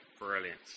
Brilliant